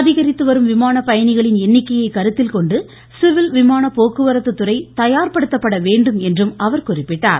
அதிகரித்து வரும் விமான பயணிகளின் எண்ணிக்கையை கருத்தில் கொண்டு சிவில் விமான போக்குவரத்து துறை தயார்படுத்தப்பட வேண்டும் என்றும் அவர் குறிப்பிட்டார்